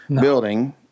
building